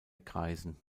kreisen